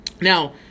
Now